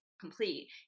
complete